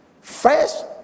first